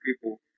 people